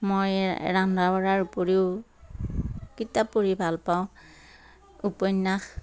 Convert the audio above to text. মই ৰন্ধা বঢ়াৰ উপৰিও কিতাপ পঢ়ি ভালপাওঁ উপন্যাস